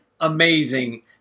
amazing